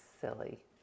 Silly